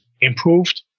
improved